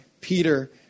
Peter